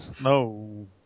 No